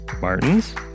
martins